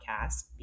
Podcast